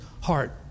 heart